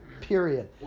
period